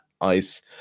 ice